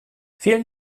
vielen